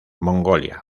mongolia